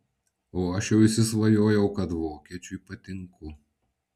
o aš jau įsisvajojau kad vokiečiui patinku